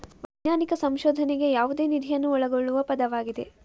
ವೈಜ್ಞಾನಿಕ ಸಂಶೋಧನೆಗೆ ಯಾವುದೇ ನಿಧಿಯನ್ನು ಒಳಗೊಳ್ಳುವ ಪದವಾಗಿದೆ